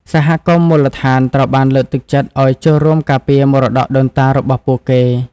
សហគមន៍មូលដ្ឋានត្រូវបានលើកទឹកចិត្តឱ្យចូលរួមការពារមរតកដូនតារបស់ពួកគេ។